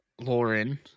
Lauren